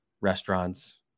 restaurants